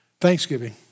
thanksgiving